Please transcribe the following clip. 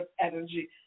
energy